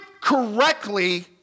correctly